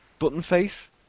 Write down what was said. Buttonface